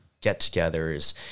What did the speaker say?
get-togethers